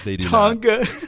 Tonga